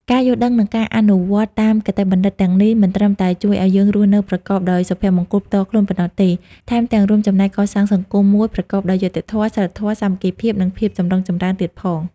ការយល់ដឹង និងការអនុវត្តតាមគតិបណ្ឌិតទាំងនេះ មិនត្រឹមតែជួយឲ្យយើងរស់នៅប្រកបដោយសុភមង្គលផ្ទាល់ខ្លួនប៉ុណ្ណោះទេ ថែមទាំងរួមចំណែកកសាងសង្គមមួយប្រកបដោយយុត្តិធម៌ សីលធម៌ សាមគ្គីភាព និងភាពចម្រុងចម្រើនទៀតផង។